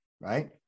right